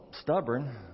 stubborn